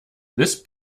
this